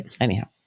anyhow